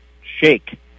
shake